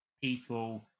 people